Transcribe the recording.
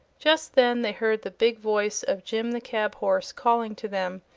just then they heard the big voice of jim the cab-horse calling to them,